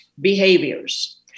behaviors